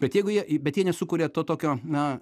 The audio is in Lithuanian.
bet jeigu jie i bet jie nesukuria to tokio na